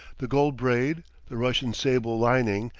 the gold braid, the russian sable lining,